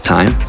Time